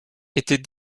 était